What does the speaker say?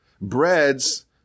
breads